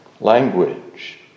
language